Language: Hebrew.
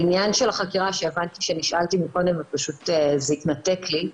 בעניין של החקירה שהבנתי שנשאלתי מקודם וזה התנתק לי,